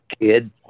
kid